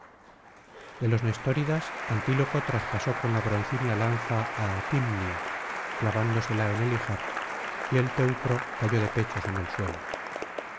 de los nestóridas antíloco traspasó con la broncínea lanza áatimnio clavándosela en el ijar y el teucro cayó de pechos en el suelo